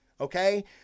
okay